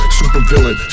supervillain